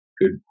good